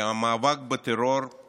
כי המאבק בטרור הוא